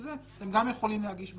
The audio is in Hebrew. אתם גם יכולים להגיש בקשה.